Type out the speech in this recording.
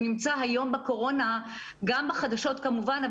הוא נמצא היום בקורונה גם בחדשות כמובן,